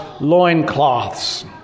loincloths